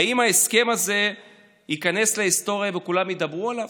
האם ההסכם הזה ייכנס להיסטוריה וכולם ידברו עליו?